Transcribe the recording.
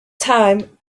time